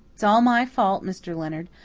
it's all my fault, mr. leonard.